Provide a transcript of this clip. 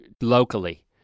locally